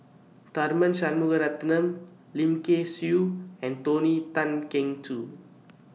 Tharman Shanmugaratnam Lim Kay Siu and Tony Tan Keng Joo